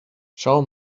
schau